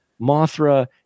Mothra